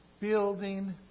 building